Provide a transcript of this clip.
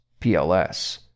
PLS